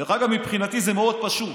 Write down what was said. דרך אגב, מבחינתי, זה מאוד פשוט: